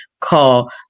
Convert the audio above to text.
call